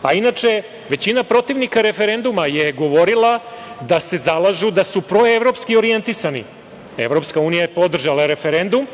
svoje. Inače, većina protivnika referenduma je govorila da se zalažu da su proevropski orjentisani. Evropska unija je podržala referendum,